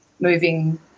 moving